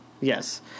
Yes